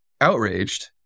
outraged